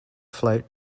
float